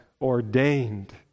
ordained